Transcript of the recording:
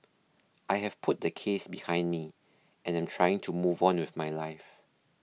I have put the case behind me and am trying to move on with my life